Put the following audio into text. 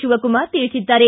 ಶಿವಕುಮಾರ್ ತಿಳಿಸಿದ್ದಾರೆ